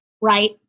right